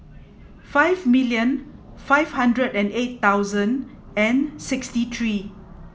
five million five hundred and eight thousand and sixty three